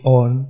on